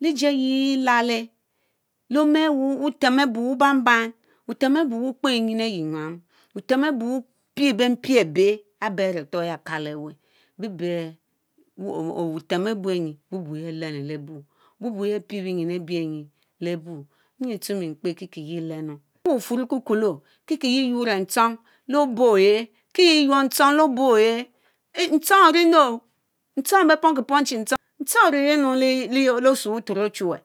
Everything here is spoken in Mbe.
lejieyi elalé leé ome owuu butem abu ban ban wutem abu wukpe nyin ayi Enyam butem abu pie benpie abe aretor ye akalewe beh butem ebuenyi bu ehh elene le bui bu, bubu ye pie benyi ebienyi le bu, enyi tsue mi kpe ki ye lenu kie bufurr ekukulo kikie ye eyurr le nchong le obéy ohe, nchong arienuoo, nchong aré be pom ki pom chi nchong, nchong aririenu le osue buturu ochuweh.,